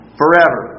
forever